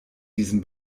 diesem